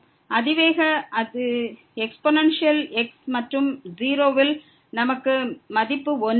அதிவேக அது exponential x மற்றும் 0 இல் நமக்கு மதிப்பு 1 வேண்டும்